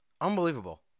Unbelievable